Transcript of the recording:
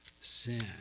sin